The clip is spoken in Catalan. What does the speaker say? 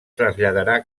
traslladarà